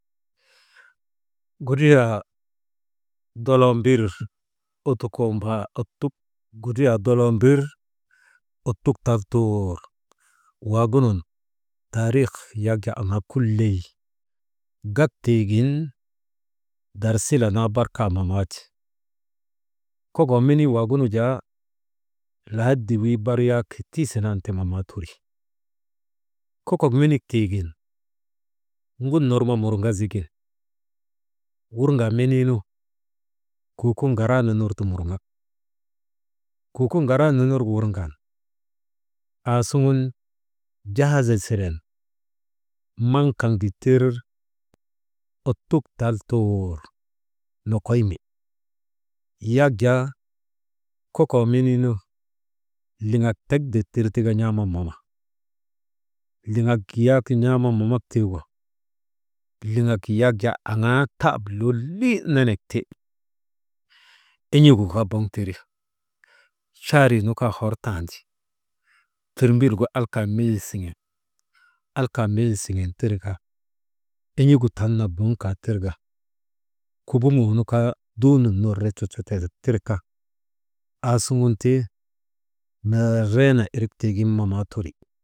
Kudriyaa doloo mbir ottukoo mbar ottuk, kudriyaa doloo mbir ottuk tal tuur waagunun taarik yak jaa aŋaa kuley, gak tiigin dar sila naa bar ka mamaati, kokoo menii waagunu jaa lahadi wii bar yak tiisi nan ti mamateri, kokok menik tiigin ŋun ner ma morŋa zigin wurŋaa meniinu kukuŋaraana ner ti murŋa kuukuvaraana ner wurŋan aasuŋun jaahas siŋen maŋ kaŋ dittir ottuk tal tuur nokoy mi, yak jaa kokoo menii nu liŋak tek dittir n̰aaman mama, liŋak yak n̰aaman mamak tiigu, liŋak yak jaa taab aŋaa lolii melek ti, en̰ik gu kaa boŋ tiri, chaarin kaa hor tan, tirmbil gu kaa alka meyil siŋen, alka meyil siŋen en̰igu talnak boŋ kaa tir ka kubuŋoo nu kaa nduu nun ner rococo tirka aasuŋun ti mereene irik tiigin mamaateri.